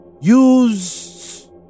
Use